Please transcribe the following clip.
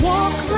Walk